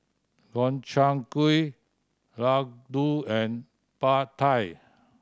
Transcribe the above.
Gobchang Gui Ladoo and Pad Thai